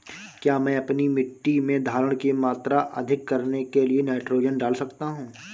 क्या मैं अपनी मिट्टी में धारण की मात्रा अधिक करने के लिए नाइट्रोजन डाल सकता हूँ?